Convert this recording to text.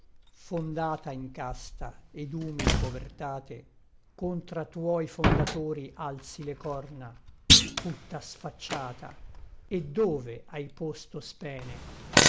fondata in casta et humil povertate contra tuoi fondatori alzi le corna putta sfacciata et dove ài posto spene